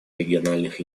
региональных